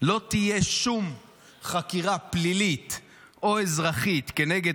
שלא תהיה שום חקירה פלילית או אזרחית כנגד